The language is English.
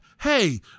hey